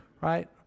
right